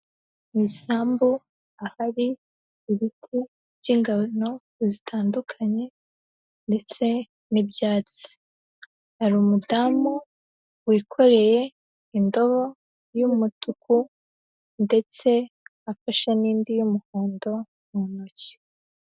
Mu isambu ahari ibiti by'ingano zitandukanye ndetse n'ibyatsi, hari umudamu wikoreye indobo y'umutuku ndetse afashe n'indi y'umuhondo mu ntoki.